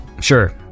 Sure